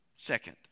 Second